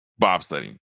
bobsledding